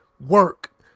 work